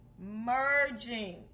Merging